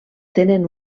tenen